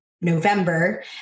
November